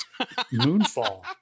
Moonfall